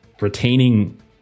retaining